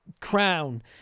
crown